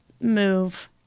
move